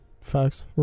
Facts